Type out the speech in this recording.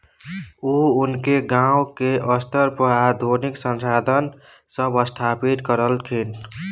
उ अनेक गांव के स्तर पर आधुनिक संसाधन सब स्थापित करलखिन